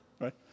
right